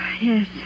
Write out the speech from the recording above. Yes